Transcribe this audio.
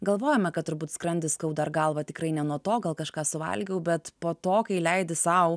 galvojame kad turbūt skrandį skauda galvą tikrai ne nuo to gal kažką suvalgiau bet po to kai leidi sau